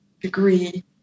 degree